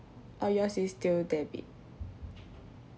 oh yours is still debit